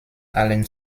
allen